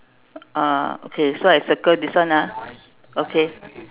ah okay so I circle this one ah okay